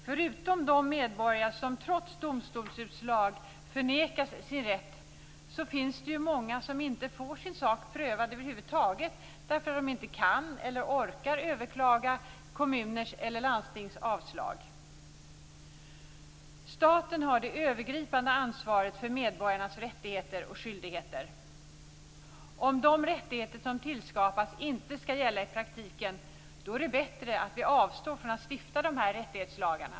Förutom de medborgare som trots domstolsutslag förnekas sin rätt finns det ju många som inte får sin sak prövad över huvud taget eftersom de inte kan eller orkar överklaga kommuners eller landstings avslag. Staten har det övergripande ansvaret för medborgarnas rättigheter och skyldigheter. Om de rättigheter som tillskapas inte skall gälla i praktiken är det bättre att vi avstår från att stifta de här rättighetslagarna.